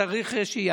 צריך שיהיה,